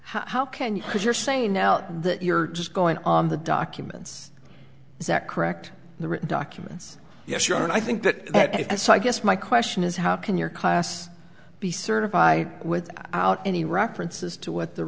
how can you know what you're saying now that you're just going on the documents is that correct the written documents yes sure and i think that that i so i guess my question is how can your class be certified with out any references to what the